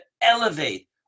elevate